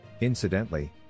Incidentally